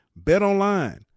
BetOnline